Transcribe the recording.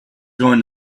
going